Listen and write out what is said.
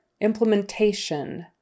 implementation